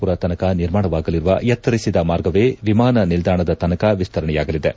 ಪುರ ತನಕ ನಿರ್ಮಾಣವಾಗಲಿರುವ ಎತ್ತರಿಸಿದ ಮಾರ್ಗವೇ ವಿಮಾನ ನಿಲ್ಲಾಣದ ತನಕ ವಿಸ್ತರಣೆಯಾಗಲಿದೆ